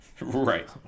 Right